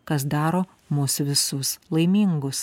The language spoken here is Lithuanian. kas daro mus visus laimingus